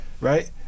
right